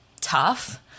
tough